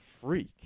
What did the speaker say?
freak